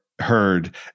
heard